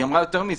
היא אמרה יותר מזה.